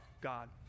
God